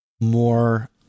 more